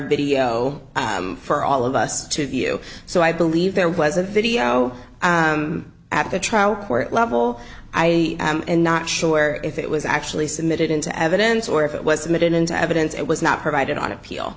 know for all of us to view so i believe there was a video at the trial court level i am not sure if it was actually submitted into evidence or if it was admitted into evidence it was not provided on appeal